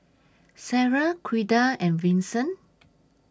Sara Ouida and Vincent